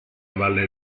valle